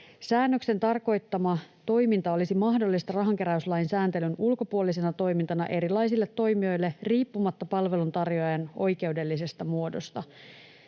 Säännöksen tarkoittama toiminta olisi mahdollista rahankeräyslain sääntelyn ulkopuolisena toimintana erilaisille toimijoille riippumatta palveluntarjoajan oikeudellisesta muodosta.